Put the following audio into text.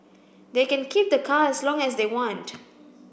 they can keep the car as long as they want